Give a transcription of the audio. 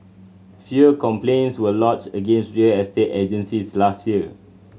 fewer complaints were lodged against real estate agencies last year